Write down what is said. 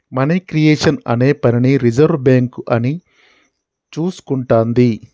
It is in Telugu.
మనీ క్రియేషన్ అనే పనిని రిజర్వు బ్యేంకు అని చూసుకుంటాది